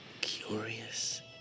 Curious